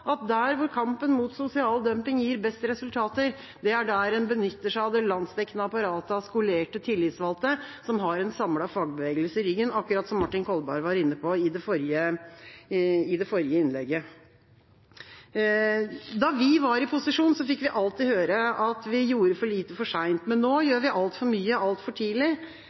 at der hvor kampen mot sosial dumping gir best resultater, er der hvor man benytter seg av det landsdekkende apparatet av skolerte tillitsvalgte som har en samlet fagbevegelse i ryggen, akkurat som Martin Kolberg var inne på i forrige innlegg. Da vi var i posisjon, fikk vi alltid høre at vi gjorde for lite, for sent. Men nå gjør vi altfor mye, altfor tidlig,